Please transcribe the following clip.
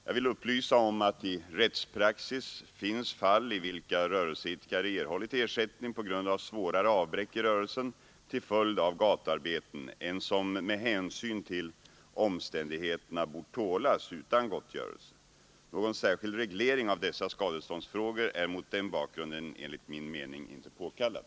Jag vill upplysa om att i rättspraxis finns fall i vilka rörelseidkare erhållit ersättning på grund av svårare avbräck i rörelsen till följd av gatuarbeten än som med hänsyn till omständigheterna bort tålas utan gottgörelse. Någon särskild reglering av dessa skadeståndsfrågor är mot den bakgrunden enligt min mening inte påkallad.